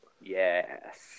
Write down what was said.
Yes